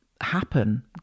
happen